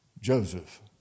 Joseph